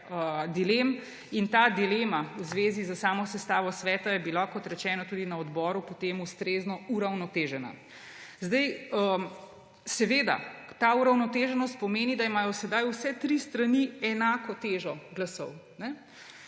Ta dilema v zvezi s samo sestavo sveta je bila, kot rečeno, tudi na odboru potem ustrezno uravnotežena. Ta uravnoteženost pomeni, da imajo sedaj vse tri strani enako težo glasov.